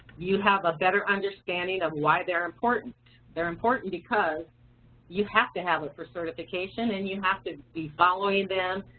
you have a better understanding of why they're important. they're important because you have to have it for certification, and you have to be following them,